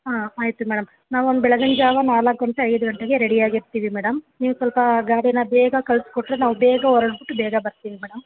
ಹಾಂ ಆಯಿತು ಮೇಡಮ್ ನಾವು ಒಂದು ಬೆಳಗಿನ ಜಾವ ನಾಲ್ಕು ಗಂಟೆ ಐದು ಗಂಟೆಗೆ ರೆಡಿ ಆಗಿರ್ತೀವಿ ಮೇಡಮ್ ನೀವು ಸ್ವಲ್ಪ ಗಾಡಿನ ಬೇಗ ಕಳಿಸ್ಕೊಟ್ರೆ ನಾವು ಬೇಗ ಹೊರಟ್ಬುಟ್ಟು ಬೇಗ ಬರ್ತೀವಿ ಮೇಡಮ್